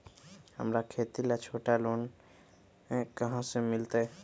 हमरा खेती ला छोटा लोने कहाँ से मिलतै?